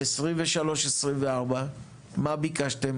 ל-2023-2024 מה ביקשתם?